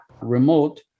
remote